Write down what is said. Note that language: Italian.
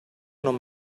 non